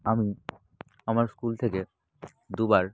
আমি আমার স্কুল থেকে দু বার